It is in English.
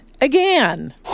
again